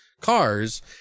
cars